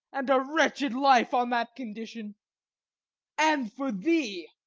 and a wretched life, on that condition and for thee,